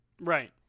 right